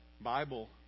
Bible